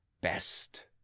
best